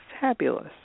fabulous